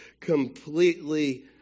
completely